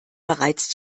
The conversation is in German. bereits